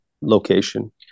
location